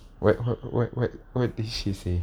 what what what what what did she say